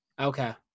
Okay